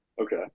okay